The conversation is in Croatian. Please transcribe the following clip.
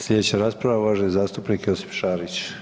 Sljedeća rasprava uvaženi zastupnik Josip Šarić.